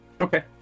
okay